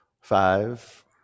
Five